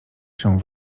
się